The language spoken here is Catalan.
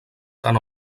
tant